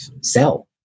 sell